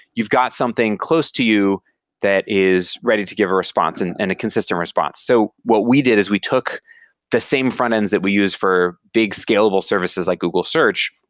you've got something close to you that is ready to give a response, and and a consistent response. so what we did is we took the same frontends that we used for big scalable services, like google search,